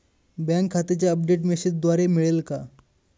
Bank खात्याचे update मेसेजद्वारे मिळेल का?